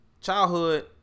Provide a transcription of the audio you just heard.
childhood